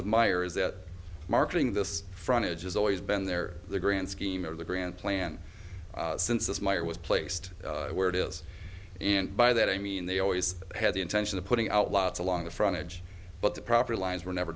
with meyer is that marketing this frontage has always been there the grand scheme of the grand plan since this meyer was placed where it is and by that i mean they always had the intention of putting out lots along the front edge but the property lines were never